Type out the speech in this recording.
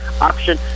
option